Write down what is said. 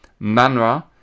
Manra